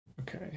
Okay